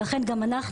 וכן, גם אנחנו.